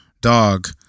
dog